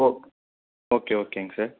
okay okay ஓகேங்க sir